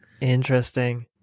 Interesting